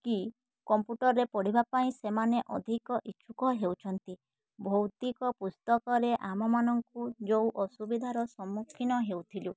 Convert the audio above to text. କି କମ୍ପୁଟର୍ରେ ପଢ଼ିବା ପାଇଁ ସେମାନେ ଅଧିକ ଇଛୁକ ହେଉଛନ୍ତି ଭୌତିକ ପୁସ୍ତକରେ ଆମମାନଙ୍କୁ ଯେଉଁ ଅସୁବିଧାର ସମ୍ମୁଖୀନ ହେଉଥିଲୁ